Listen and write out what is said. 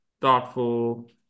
thoughtful